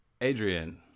adrian